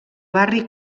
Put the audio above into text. barri